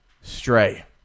Stray